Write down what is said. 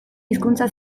hizkuntza